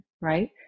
Right